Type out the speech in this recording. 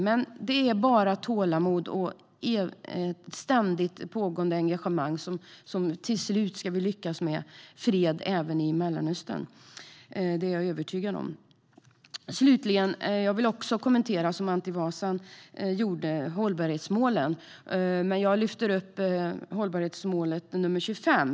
Men det är tålamod och ett ständigt pågående engagemang som gäller. Till slut ska vi lyckas med fred även i Mellanöstern. Det är jag övertygad om. Slutligen vill jag kommentera hållbarhetsmålen, vilket också Anti Avsan gjorde.